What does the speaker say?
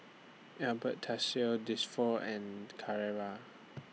Yaber Castell Saint Dalfour and Carrera